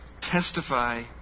testify